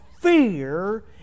fear